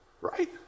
Right